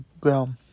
ground